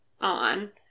on